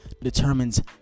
determines